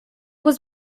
was